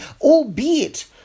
albeit